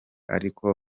ariko